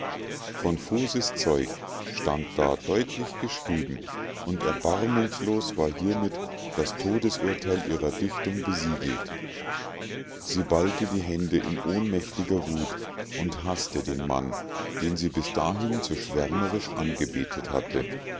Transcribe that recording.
konfuses zeug stand da deutlich geschrieben und erbarmungslos war hiemit das todesurteil ihrer dichtung besiegelt sie ballte die hände in ohnmächtiger wut und haßte den mann den sie bis dahin so schwärmerisch angebetet hatte